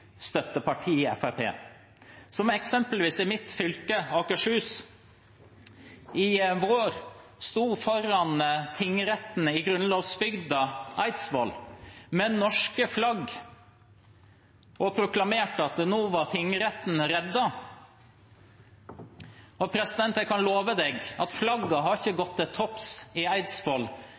støttepartiet Fremskrittspartiet, som eksempelvis i mitt fylke, Akershus, i vår sto foran tingretten i grunnlovsbygda Eidsvoll med norske flagg og proklamerte at tingretten nå var reddet. Jeg kan love at flagget har ikke gått til topps i